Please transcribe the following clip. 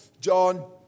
John